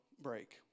break